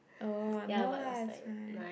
oh no lah it's fine